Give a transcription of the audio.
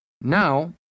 Now